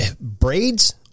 braids